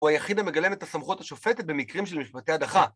או היחיד המגלם את הסמכות השופטת במקרים של משפטי הדחה